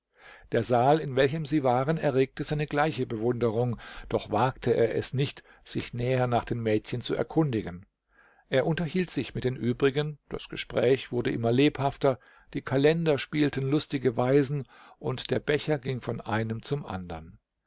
der saal in welchem sie waren erregte seine gleiche bewunderung doch wagte er es nicht sich näher nach den mädchen zu erkundigen er unterhielt sich mit den übrigen das gespräch wurde immer lebhafter die kalender spielten lustige weisen und der becher ging von einem zum andern